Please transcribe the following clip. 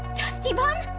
dusty-bun?